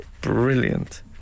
brilliant